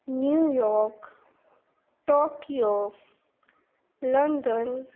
New York Tokyo London